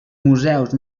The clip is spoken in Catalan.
museus